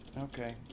Okay